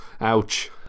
ouch